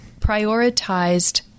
prioritized